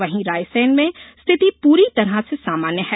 वहीं रायसेन में स्थिति पूरी तरह से सामान्य है